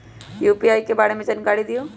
UPI के बारे में जानकारी दियौ?